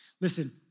Listen